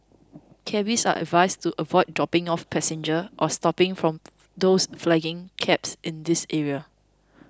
Cabbies are advised to avoid dropping off passenger or stopping from those flagging cabs in these area